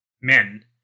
men